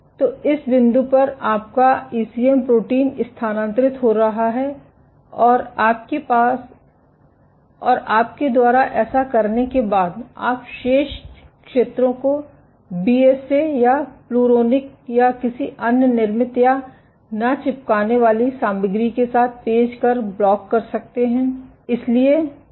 तो इस बिंदु पर आपका ईसीएम प्रोटीन स्थानांतरित हो रहा है और आपके द्वारा ऐसा करने के बाद आप शेष क्षेत्रों को बीएसए या प्लुरोनिक या किसी अन्य निर्मित या ना चिपकाने वाली सामग्री के साथ पेज कर ब्लॉक कर सकते हैं